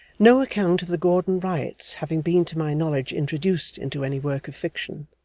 no account of the gordon riots having been to my knowledge introduced into any work of fiction,